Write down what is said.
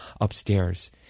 upstairs